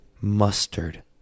mustard